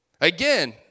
Again